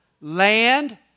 land